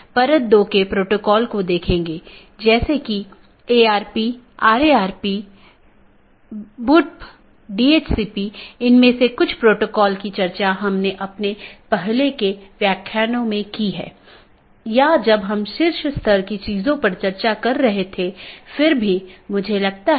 इसका मतलब है कि यह एक प्रशासनिक नियंत्रण में है जैसे आईआईटी खड़गपुर का ऑटॉनमस सिस्टम एक एकल प्रबंधन द्वारा प्रशासित किया जाता है यह एक ऑटॉनमस सिस्टम हो सकती है जिसे आईआईटी खड़गपुर सेल द्वारा प्रबंधित किया जाता है